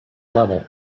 level